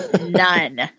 None